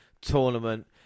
tournament